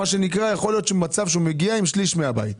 מה שנקרא יכול להיות מצב שהוא מגיע עם שליש מהבית?